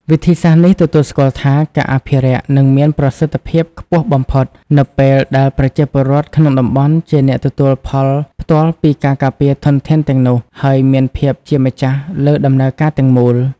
វិធីសាស្រ្តនេះទទួលស្គាល់ថា ការអភិរក្សនឹងមានប្រសិទ្ធភាពខ្ពស់បំផុត នៅពេលដែលប្រជាពលរដ្ឋក្នុងតំបន់ជាអ្នកទទួលផលផ្ទាល់ពីការការពារធនធានទាំងនោះ ហើយមានភាពជាម្ចាស់លើដំណើរការទាំងមូល។